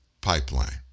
pipeline